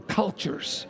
cultures